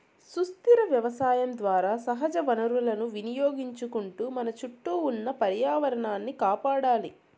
సుస్థిర వ్యవసాయం ద్వారా సహజ వనరులను వినియోగించుకుంటూ మన చుట్టూ ఉన్న పర్యావరణాన్ని కాపాడాలి